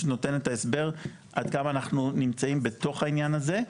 נותן את ההסבר עד כמה אנחנו נמצאים בתוך העניין הזה,